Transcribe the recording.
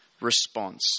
response